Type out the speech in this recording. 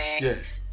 Yes